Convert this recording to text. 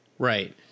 Right